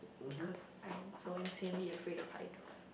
because I'm so insanely afraid of height